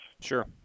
Sure